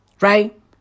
right